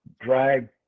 drag